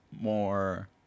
more